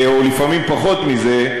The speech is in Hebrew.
או לפעמים פחות מזה,